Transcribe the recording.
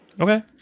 Okay